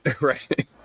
right